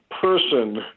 person